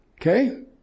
okay